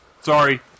Sorry